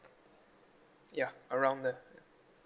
ya around there